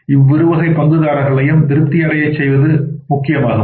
இவ்விருவகை பங்குதாரர்களையும் திருப்தி அடையச் செய்வது முக்கியமாகும்